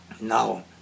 Now